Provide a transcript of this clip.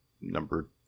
number